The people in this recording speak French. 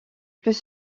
plus